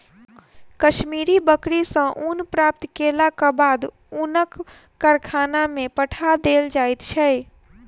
कश्मीरी बकरी सॅ ऊन प्राप्त केलाक बाद ऊनक कारखाना में पठा देल जाइत छै